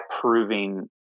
proving